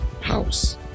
house